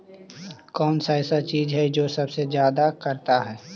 कौन सा ऐसा चीज है जो सबसे ज्यादा करता है?